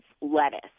lettuce